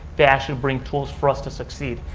they ah so bring tools for us to succeed.